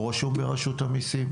הוא רשום ברשות המיסים.